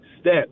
step